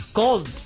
cold